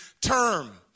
term